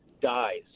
dies